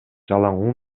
жалаң